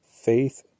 faith